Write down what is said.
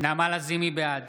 בעד